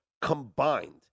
combined